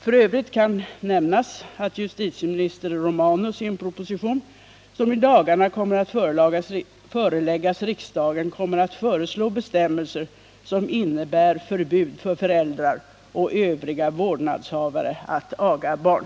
F. ö. kan nämnas att justitieminister Romanus i en proposition som i dagarna kommer att föreläggas riksdagen kommer att föreslå bestämmelser som innebär förbud för föräldrar och övriga vårdnadshavare att aga barn.